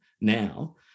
now